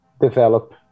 develop